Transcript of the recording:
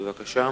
בבקשה.